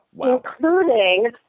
including